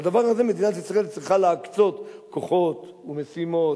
לדבר הזה מדינת ישראל צריכה להקצות כוחות ומשימות,